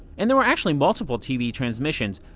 and there were actually multiple tv transmissions.